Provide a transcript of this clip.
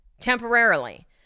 temporarily